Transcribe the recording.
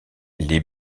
les